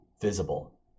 visible